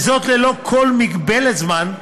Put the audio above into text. ללא כל מגבלת זמן,